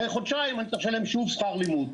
אחרי חודשים אני צריך לשלם שוב שכר לימוד.